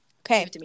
Okay